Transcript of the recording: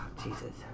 Jesus